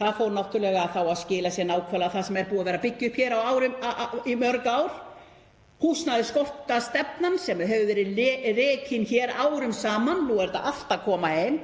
Þá fór náttúrlega að skila sér nákvæmlega það sem er búið að vera að byggja upp hér á ári í mörg ár, húsnæðisskortstefnan sem hefur verið rekin hér árum saman. Nú er þetta allt að koma heim,